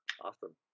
Awesome